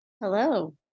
Hello